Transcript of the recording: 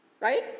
Right